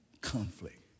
conflict